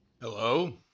Hello